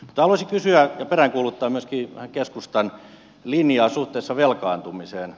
haluaisin kysyä peräänkuuluttaa myöskin vähän keskustan linjaa suhteessa velkaantumiseen